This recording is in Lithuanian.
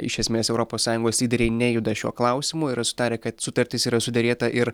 iš esmės europos sąjungos lyderiai nejuda šiuo klausimu yra sutarę kad sutartis yra suderėta ir